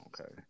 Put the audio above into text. Okay